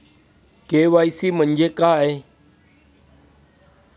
KYC म्हणजे काय आहे?